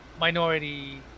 minority